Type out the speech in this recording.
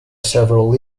several